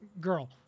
girl